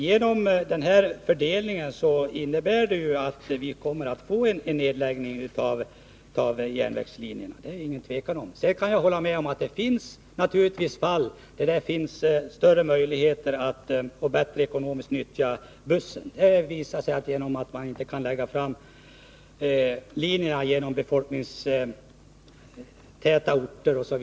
Den nu föreslagna fördelningen innebär att vi kommer att få en nedläggning av många järnvägslinjer. Det är ingen tvekan om det. Jag kan hålla med om att det naturligtvis finns fall där det är bättre ur ekonomisk synpunkt att utnyttja bussen — exempelvis då man inte kan dra fram järnvägslinjer genom befolkningstäta orter.